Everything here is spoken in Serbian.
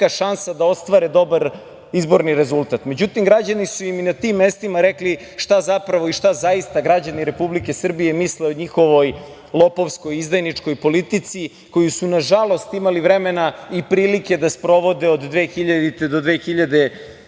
šansa da ostvare dobar izborni rezultat. Međutim, građani su im i na tim mestima rekli šta zapravo i šta zaista građani Republike Srbije misle o njihovoj lopovskoj, izdajničkoj politici, koju su, nažalost, imali vremena i prilike da sprovode od 2000. do 2012.